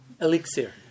elixir